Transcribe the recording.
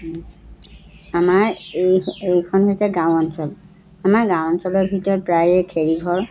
আমাৰ এই এইখন হৈছে গাঁও অঞ্চল আমাৰ গাঁও অঞ্চলৰ ভিতৰত প্ৰায়ে খেৰীঘৰ